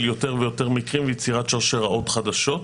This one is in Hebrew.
יותר ויותר מקרים ויצירת שרשראות חדשות.